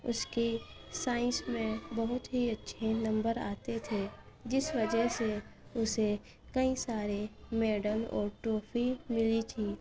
اس کے سائنس میں بہت ہی اچّھے نمبر آتے تھے جس وجہ سے اسے کئی سارے میڈل اور ٹرافی ملی تھی